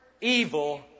evil